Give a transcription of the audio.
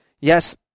yes